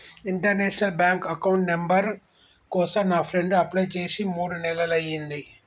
international bank account number కోసం నా friend apply చేసి మూడు నెలలయ్యింది